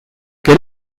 quel